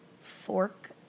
fork